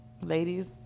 Ladies